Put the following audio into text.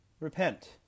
repent